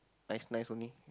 nice nice only